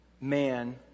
man